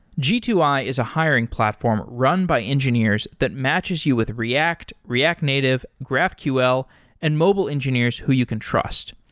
g two i is a hiring platform run by engineers that matches you with react, react native, graphql and mobile engineers who you can trust.